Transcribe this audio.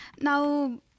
Now